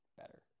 better